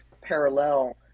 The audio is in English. parallel